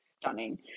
stunning